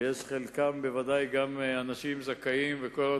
וחלקם בוודאי גם אנשים זכאים וכל הזמן